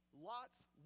Lot's